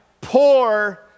Poor